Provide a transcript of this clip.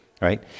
Right